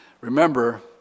Remember